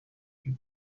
fut